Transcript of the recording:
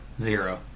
Zero